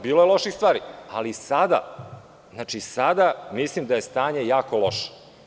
Bilo je loših stvari, ali sada mislim da je stanje jako loše.